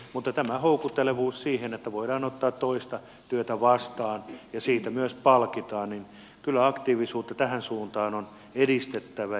mutta jotta olisi tämä houkuttelevuus siihen että voidaan ottaa lisää työtä vastaan ja siitä myös palkitaan niin kyllä aktiivisuutta tähän suuntaan on edistettävä